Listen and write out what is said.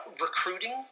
recruiting